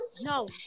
No